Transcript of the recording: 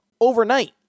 overnight